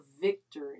victory